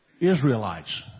Israelites